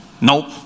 nope